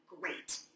great